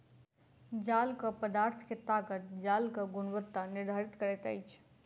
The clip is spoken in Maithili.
जालक पदार्थ के ताकत जालक गुणवत्ता निर्धारित करैत अछि